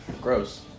Gross